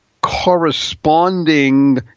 corresponding